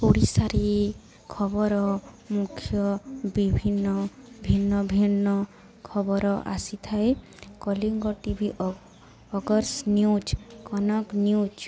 ଓଡ଼ିଶାରେ ଖବର ମୁଖ୍ୟ ବିଭିନ୍ନ ଭିନ୍ନ ଭିନ୍ନ ଖବର ଆସିଥାଏ କଲିଙ୍ଗ ଟିଭି ଅ ଅଗସ୍ ନ୍ୟୁଜ୍ କନକ ନ୍ୟୁଜ୍